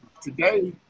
today